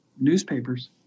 newspapers